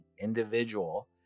individual